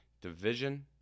division